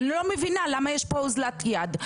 אני לא מבינה למה יש פה הוזלת יד,